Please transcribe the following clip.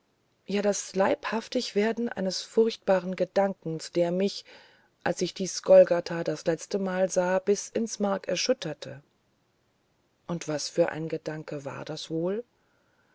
ja das leibhaftigwerden eines furchtbaren gedankens der mich als ich dies golgatha das letzte mal sah bis ins mark erschütterte und was für ein gedanke war das wohl